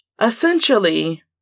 essentially